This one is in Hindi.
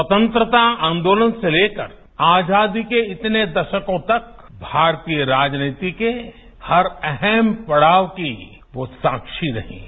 स्वतंत्रता आंदोलन से लेकर आजादी के इतने दशकों तक भारतीय राजनीति के हर अहम पड़ाव की वो साक्षी रही हैं